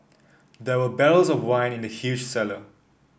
there were barrels of wine in the huge cellar